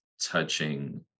touching